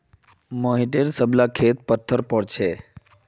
मोहिटर सब ला खेत पत्तर पोर छे